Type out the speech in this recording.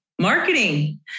Marketing